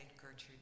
Gertrude